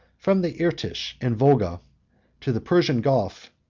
from the irtish and volga to the persian gulf,